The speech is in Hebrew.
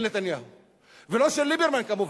ולא של ליברמן, כמובן.